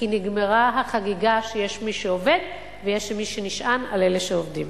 כי נגמרה החגיגה שיש מי שעובד ויש מי שנשען על אלה שעובדים.